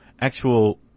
actual